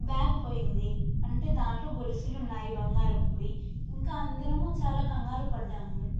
bag పోయింది అంటే దాంట్లో గొలుసులున్నాయి బంగారపువి ఇంకా అందరం చాలా కంగారు పడ్డాము